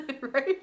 Right